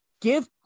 Give